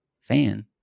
fan